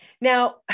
Now